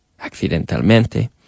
accidentalmente